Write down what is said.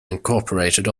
incorporated